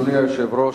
אדוני היושב-ראש,